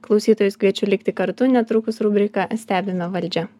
klausytojus kviečiu likti kartu netrukus rubrika stebime valdžią